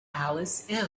alice